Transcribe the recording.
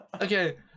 Okay